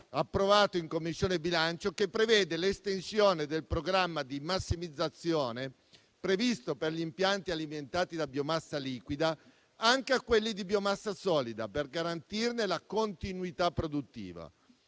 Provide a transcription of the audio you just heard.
approvato in Commissione bilancio, che prevede l'estensione del programma di massimizzazione previsto per gli impianti alimentati da biomassa liquida anche a quelli di biomassa solida per garantirne la continuità produttiva.